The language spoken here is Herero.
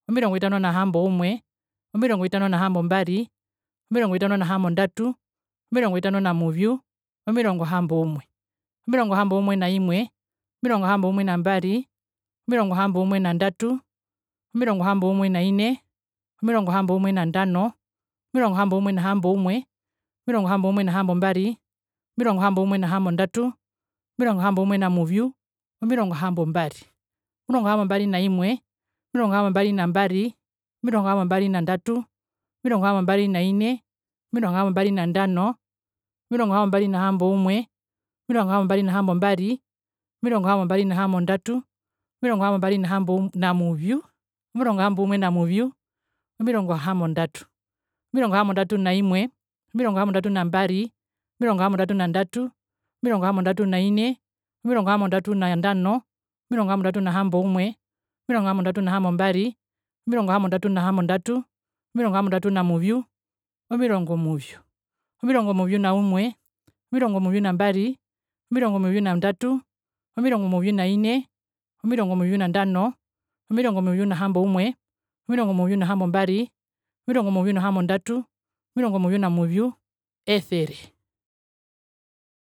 Omirongo vitano na hamboumwe, omirongo vitano na hambombari, omirongo vitano na hambondatu, omirongo vitano na muyu, omirongo hamboumwe, omirongo hamboumwe na imwe, omirongo hamboumwe nambari, omirongo hamboumwe nandatu, omirongo hamboumwe naine. omirongo hamboumwe nandano, omirongo hamboumwe nahamboumwe, omirongo hamboumwe nahambombari, omirongo hamboumwe nahambondatu, omirongo hamboumwe namuvyu, omirongo hambombari, omirongo hambombari na imwe. omirongo hambombari nambari, omirongo hambombari nandatu, omirongo hambombari naine, omirongo hambombari nandano, omirongo hambombari nahamboumwe, nomirongo hambombari nahambombari, omirongo hambombari nahambondatu, omirongo hambombari namuvyu, omirongo hambondatu, omirongo hambondatu naimwe, omirongo hambondatu nambari, omirongo hambondatu nandatu, omirongo hambondatu naine, omirongo hambondatu nandano, omirongo hambondatu nahamboumwe, omirongo hambondatu nahambombari, omirongo hambondatu nahambondatu, omirongo hambondatu namuvyu, omirongo muvyu, omirongo muvyu naimwe, omirongo muvyu nambari, omirongo muvyu nandatu, omirongo muvyu naine, omirongo muvyu nandano, omirongo muvyu nahamboumwe, nomirongo muvyu nahambombari, omirongo muvyu nahambondatu, omirongo muvyu namuvyu, esere.